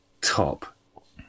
Top